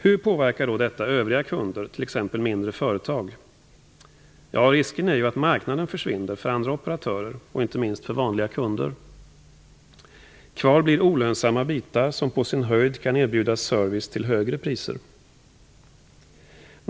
Hur påverkar då detta övriga kunder, t.ex. mindre företag? Ja, risken är ju att marknaden försvinner för andra operatörer, och inte minst för vanliga kunder. Kvar blir olönsamma bitar som på sin höjd kan erbjudas service till högre priser.